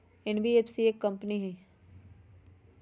NBFC एक company हई?